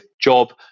job